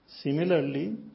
Similarly